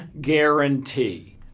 guarantee